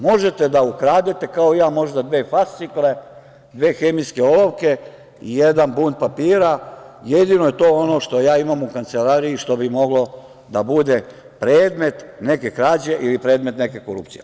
Možete da ukradete, kao i ja možda, dve fascikle, dve hemijske olovke, jedan bunt papira, jedino je to ono što ja imam u kancelariji što bi moglo da bude predmet neke krađe, ili predmet neke korupcije.